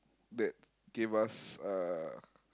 that gave us uh